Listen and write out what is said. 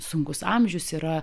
sunkus amžius yra